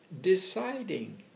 deciding